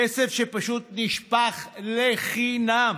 כסף שפשוט נשפך לחינם.